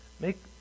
Make